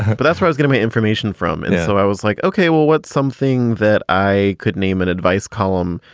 but that's what is getting me information from and it. so i was like, okay, well, what's something that i could name an advice column?